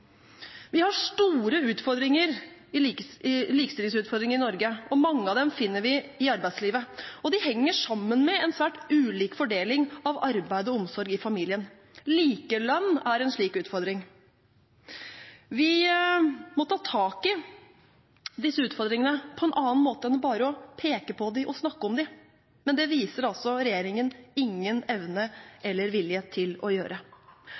Vi har store likestillingsutfordringer i Norge, og mange av dem finner vi i arbeidslivet. De henger sammen med en svært ulik fordeling av arbeid og omsorg i familien. Likelønn er en slik utfordring. Vi må ta tak i disse utfordringene på en annen måte enn bare å peke på dem og snakke om dem, men det viser regjeringen ingen evne eller vilje til å gjøre.